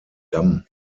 damm